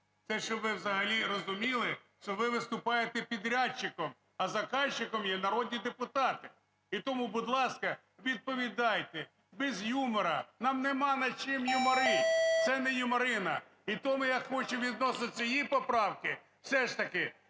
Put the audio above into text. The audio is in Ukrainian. Це, щоб ви взагалі розуміли, що ви виступаєте подрядчиком. А заказчиком є народні депутати. І тому, будь ласка, відповідайте без юмора, нам нема над чим юморить. Це не юморина. І тому я хочу відносно цієї поправки, все ж таки